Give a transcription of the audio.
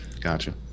Gotcha